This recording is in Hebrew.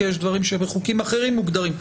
כי יש דברים שבחוקים אחרים מוגדרים,